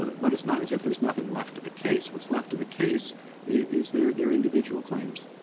but it's not as if there's nothing left of the case. what's left of the case is their their individual claims.